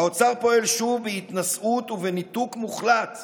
האוצר פועל שוב בהתנשאות ובניתוק מוחלט,